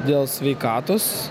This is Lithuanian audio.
dėl sveikatos